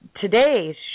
today's